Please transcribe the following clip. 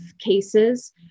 cases